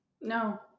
No